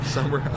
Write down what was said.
Summer